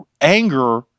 anger